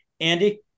Andy